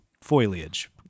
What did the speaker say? Foliage